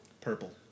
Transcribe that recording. Purple